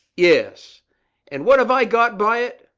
yes and what av i got by it?